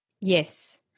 yes